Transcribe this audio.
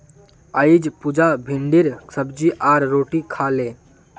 अईज पुजा भिंडीर सब्जी आर रोटी खा ले